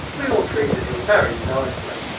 we all treated him very nicely,